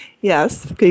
Yes